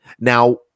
now